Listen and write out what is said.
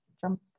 jump